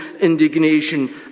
indignation